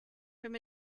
from